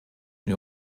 wir